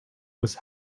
was